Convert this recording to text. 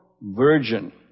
virgin